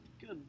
good